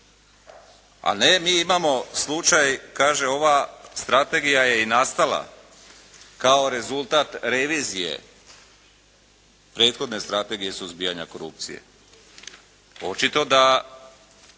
A ne, mi imamo slučaj, kaže ova strategija je i nastala kao rezultat revizije prethodne strategije suzbijanja korupcije. Očito da